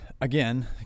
again